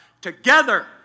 together